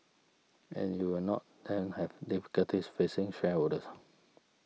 and you will not then have difficulties facing shareholders